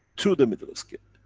through the middle skin.